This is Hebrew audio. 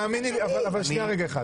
תאמיני לי שאני רוצה לעזור לך.